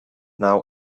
now